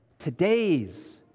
today's